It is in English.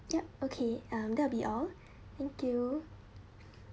yup okay um that will be all thank you